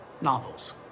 novels